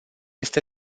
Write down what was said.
este